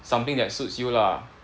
something that suits you lah